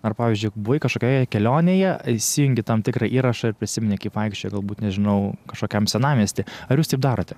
ar pavyzdžiui buvai kažkokioje kelionėje įsijungi tam tikrą įrašą ir prisimini kaip vaikščiojai galbūt nežinau kažkokiam senamiesty ar jūs taip darote